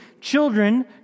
children